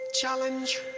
challenge